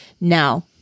Now